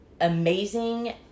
amazing